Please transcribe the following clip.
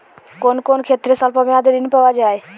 কোন কোন ক্ষেত্রে স্বল্প মেয়াদি ঋণ পাওয়া যায়?